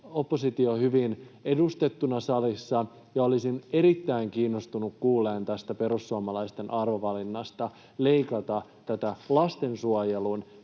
oppositio hyvin edustettuna salissa, ja olisin erittäin kiinnostunut kuulemaan tästä perussuomalaisten arvovalinnasta leikata tätä lastensuojelun